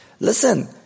Listen